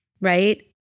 right